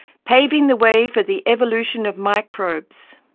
paving the way for the evolution of microbes